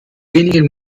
wenigen